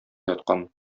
яткан